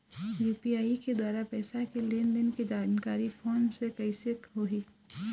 UPI के द्वारा पैसा के लेन देन के जानकारी फोन से कइसे होही?